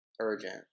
urgent